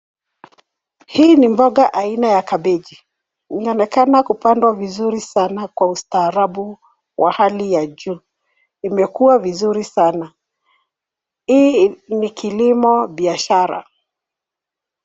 Hii ni mboga aina ya kabeji. Unaonekana kupandwa vizuri sana kwa ustaarabu wa hali ya juu. Imekua vizuri sana. Hii ni kilimo biashara.